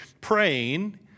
praying